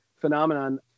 phenomenon